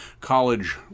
college